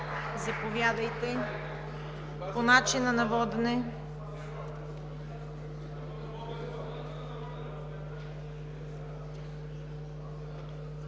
Заповядайте по начина на водене,